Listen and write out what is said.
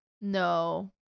No